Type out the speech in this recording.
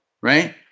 right